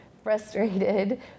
frustrated